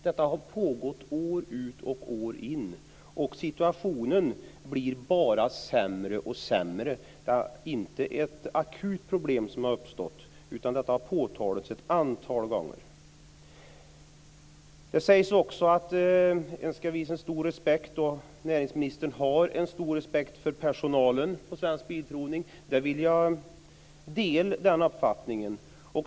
Detta har pågått år ut och år in, och situationen blir bara sämre och sämre. Det är inte ett akut problem som har uppstått, utan detta har påtalats ett antal gånger. Det sägs också att näringsministern har en stor respekt för personalen hos Svensk Bilprovning. Jag vill dela den uppfattningen.